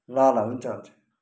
ल ल हुन्छ हुन्छ